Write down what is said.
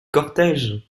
cortège